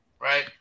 right